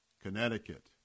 Connecticut